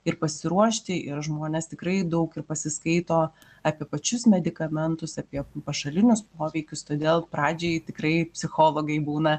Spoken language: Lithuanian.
ir pasiruošti ir žmonės tikrai daug ir pasiskaito apie pačius medikamentus apie pašalinius poveikius todėl pradžiai tikrai psichologai būna